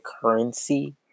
currency